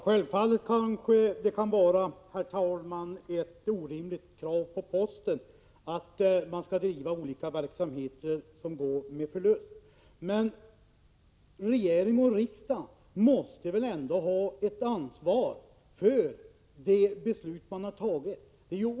Herr talman! Självfallet kan det vara ett orimligt krav att posten skall bedriva olika verksamheter som går med förlust. Men regering och riksdag måste väl ändå ha ett ansvar för de beslut som fattats.